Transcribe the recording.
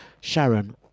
Sharon